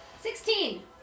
Sixteen